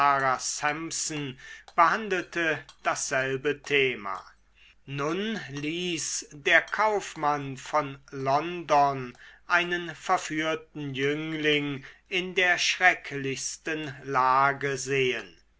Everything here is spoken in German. behandelte dasselbe thema nun ließ der kaufmann von london einen verführten jüngling in der schrecklichsten lage sehen